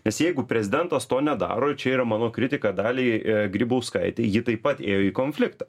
nes jeigu prezidentas to nedaro čia yra mano kritika daliai grybauskaitei ji taip pat ėjo į konfliktą